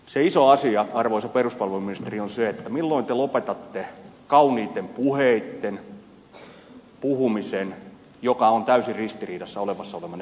se iso asia arvoisa peruspalveluministeri on se milloin te lopetatte kauniitten puheitten puhumisen joka on täysin ristiriidassa olemassa olevan elämän kanssa